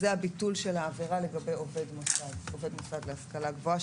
זה הביטול של העבירה לגבי עובד מוסד להשכלה גבוהה,